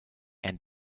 and